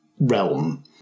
realm